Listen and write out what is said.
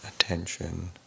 attention